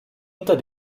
unter